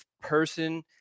person –